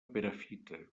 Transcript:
perafita